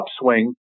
upswing